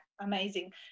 amazing